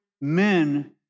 men